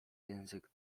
język